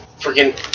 freaking